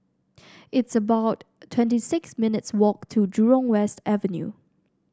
it's about twenty six minutes' walk to Jurong West Avenue